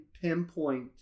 pinpoint